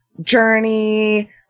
Journey